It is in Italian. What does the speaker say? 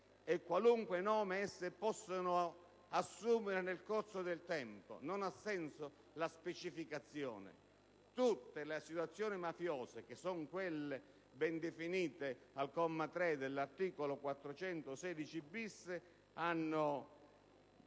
qualunque nome esse possano assumere nel corso del tempo. Non ha senso la specificazione: tutte le associazioni mafiose, ben definite al comma 3 dell'articolo 416-*bis*, devono